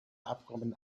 abkommen